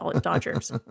Dodgers